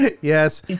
yes